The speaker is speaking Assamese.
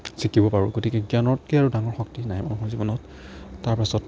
শিকিব পাৰোঁ গতিকে জ্ঞানতকৈ আৰু ডাঙৰ শক্তি নাই মানুহৰ জীৱনত তাৰপাছত